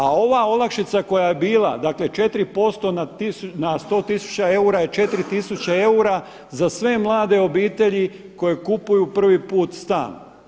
A ova olakšica koja je bila, dakle 4% na 100 tisuća eura je 4000 eura za sve mlade obitelji koje kupuju prvi put stan.